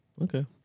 Okay